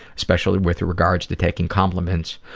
especially with regards to taking compliments.